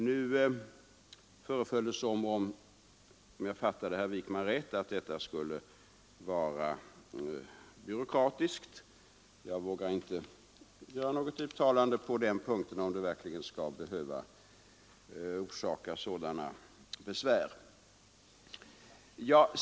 Nu föreföll det, om jag fattade herr Wijkman rätt, som om herr Wijkman ansåg att detta skulle vara byråkratiskt. Jag vågar inte göra något uttalande om huruvida det verkligen skall behöva orsaka sådana besvär.